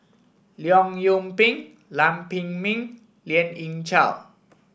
Leong Yoon Pin Lam Pin Min and Lien Ying Chow